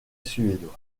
suédois